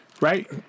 right